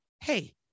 hey